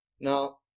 Now